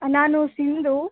ನಾನು ಸಿಂಧು